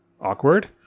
Awkward